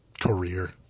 career